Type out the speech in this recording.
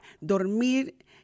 Dormir